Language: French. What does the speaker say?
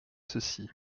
ceci